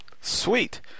Sweet